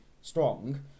strong